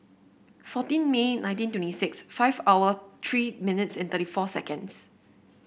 fourteen May nineteen twenty six five hour three minutes and thirty four seconds